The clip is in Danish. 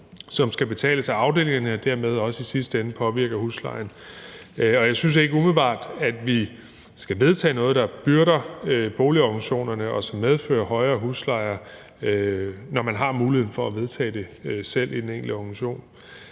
som skal betales af afdelingerne og dermed også i sidste ende påvirker huslejen. Jeg synes ikke umiddelbart, at vi skal vedtage noget, der bebyrder boligorganisationerne, og som medfører højere huslejer, når de i den enkelte organisation